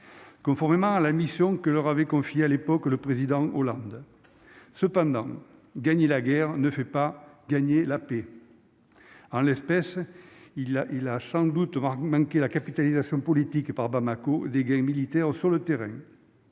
conformément à la mission que leur avait confiés à l'époque, le président Hollande cependant gagné la guerre ne fait pas gagner la paix en l'espèce il a il a 5 doute manqué la capitalisation politique et par Bamako des gains militaires sur le terrain,